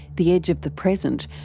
the edge of the present,